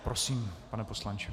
Prosím, pane poslanče.